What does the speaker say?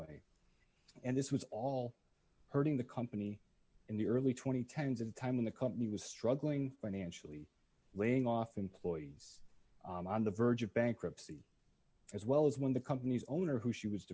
way and this was all hurting the company in the early twenty tens of time when the company was struggling financially laying off employees on the verge of bankruptcy as well as when the company's owner who she was